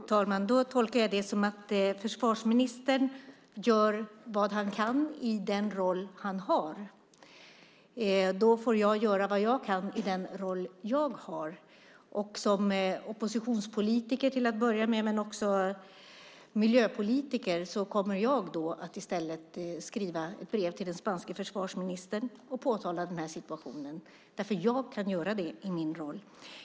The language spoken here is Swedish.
Fru talman! Då tolkar jag det som att försvarsministern gör vad han kan i den roll han har. Då får jag göra vad jag kan i den roll jag har. Jag kommer som oppositionspolitiker och miljöpolitiker att i stället skriva ett brev till den spanske försvarsministern och påtala situationen. Jag kan göra det i min roll.